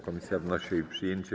Komisja wnosi o jej przyjęcie.